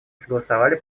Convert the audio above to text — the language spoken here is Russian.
согласовали